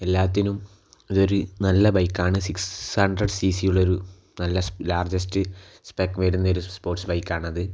എല്ലാത്തിനും ഒരു നല്ല ബൈക്കാണ് സിക്സ് ഹൺഡ്രഡ് സി സി യുള്ളൊരു നല്ല സ്പീ ലാർജസ്റ്റ് സ്പെക് വെർഡ് എന്നൊരു സ്പോർട്സ് ബൈക്കാണത്